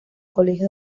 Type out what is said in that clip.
colegio